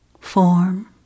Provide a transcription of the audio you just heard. form